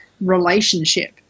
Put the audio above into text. relationship